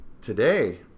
today